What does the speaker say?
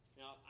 now